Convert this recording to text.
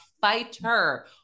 fighter